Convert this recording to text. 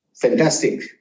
fantastic